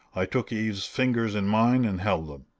i took eve's fingers in mine and held them.